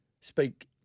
speak